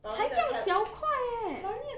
才这样小块 eh